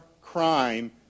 crime